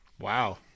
Wow